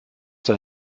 sei